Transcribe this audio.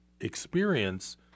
experience